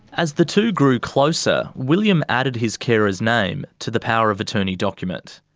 as the two grew closer, william added his carer's name to the power of attorney document.